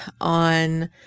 on